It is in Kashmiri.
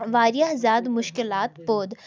وارِیاہ زیادٕ مُشکِلات پٲدٕ